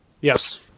Yes